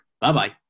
Bye-bye